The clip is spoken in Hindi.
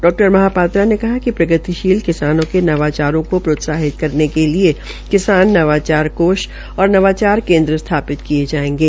डा महापात्रा ने कहा कि प्रगतिशीलकिसानों के नवाचारों को प्रोत्साहित करने के लिए किसान नवाचार कोष और नवाचार केन्द्र स्थापित किये जायेंगे